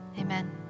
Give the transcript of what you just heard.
amen